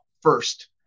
first